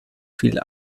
viel